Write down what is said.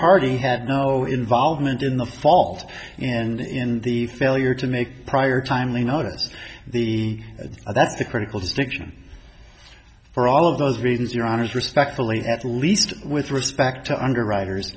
party had no involvement in the fault and in the failure to make prior timely notice the that's the critical distinction for all of those reasons your honor is respectfully at least with respect to underwriters